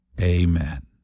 Amen